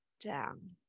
down